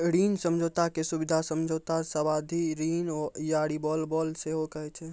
ऋण समझौता के सुबिधा समझौता, सावधि ऋण या रिवॉल्बर सेहो कहै छै